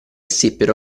seppero